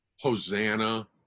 Hosanna